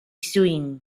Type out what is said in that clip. swing